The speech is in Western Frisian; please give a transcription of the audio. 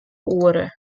oere